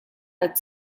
qed